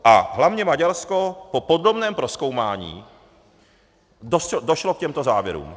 A hlavně Maďarsko po podrobném prozkoumání došlo k těmto závěrům.